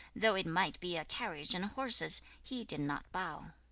though it might be a carriage and horses, he did not bow.